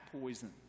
poison